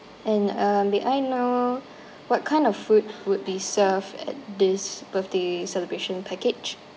and uh may I know what kind of food would be served at this birthday celebration package